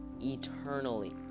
eternally